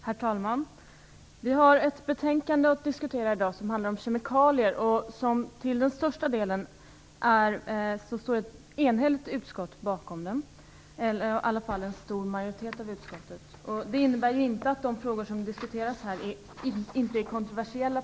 Herr talman! Vi har i dag att diskutera ett betänkande som handlar om kemikalier, och det är en stor majoritet av utskottet som står bakom det. Det innebär inte att de frågor som diskuteras här inte är kontroversiella.